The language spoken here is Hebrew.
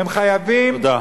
תודה.